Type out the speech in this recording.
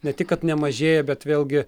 ne tik kad nemažėja bet vėlgi